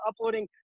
uploading